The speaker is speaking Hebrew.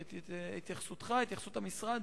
את התייחסות המשרד